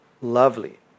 lovely